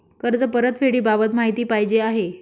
कर्ज परतफेडीबाबत माहिती पाहिजे आहे